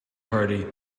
party